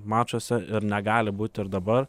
mačuose ir negali būti ir dabar